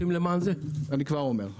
אני כבר אומר.